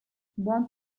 buon